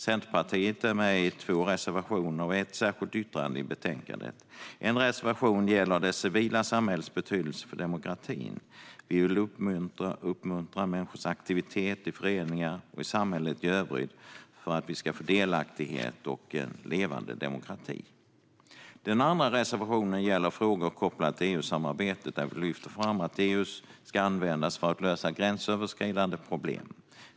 Centerpartiet är med i två reservationer och ett särskilt yttrande till betänkandet. En reservation gäller det civila samhällets betydelse för demokratin. Vi vill uppmuntra människors aktivitet i föreningar och i samhället i övrigt för att vi ska få delaktighet och en levande demokrati. Den andra reservationen gäller frågor kopplade till EU-samarbetet där vi lyfter fram att EU ska användas för att lösa gränsöverskridande problem.